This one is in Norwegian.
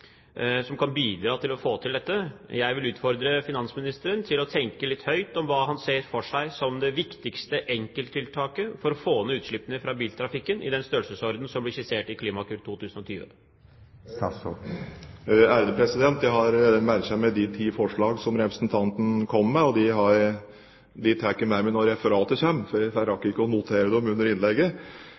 som kan bidra til å få til dette. Jeg vil utfordre finansministeren til å tenke litt høyt om hva han ser for seg som det viktigste enkelttiltaket for å få ned utslippene fra biltrafikken i den størrelsesorden som blir skissert i Klimakur 2020. Jeg har merket meg de ti forslagene som representanten kom med, og dem tar jeg med meg når referatet kommer, for jeg rakk ikke å notere dem under innlegget.